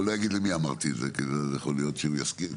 ולא אגיד למי אמרתי את זה כי יכול להיות שהוא יזכיר,